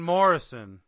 Morrison